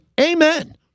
amen